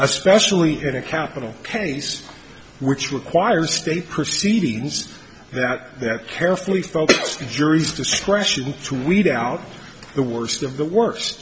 especially in a capital case which requires state proceedings that that carefully focus the jury's discretion to weed out the worst of the worst